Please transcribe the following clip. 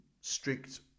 strict